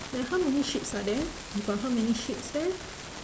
then how many sheeps are there you got how many sheeps there